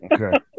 Okay